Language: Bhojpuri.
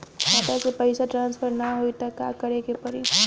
खाता से पैसा ट्रासर्फर न होई त का करे के पड़ी?